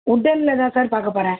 உட்டன்ல தான் சார் பார்க்கப்போறேன்